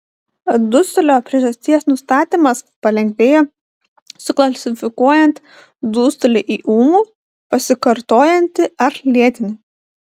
dusulio priežasties nustatymas palengvėja suklasifikuojant dusulį į ūmų pasikartojantį ar lėtinį